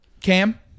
Cam